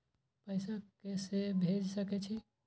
पैसा के से भेज सके छी?